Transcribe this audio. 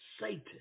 Satan